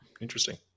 Interesting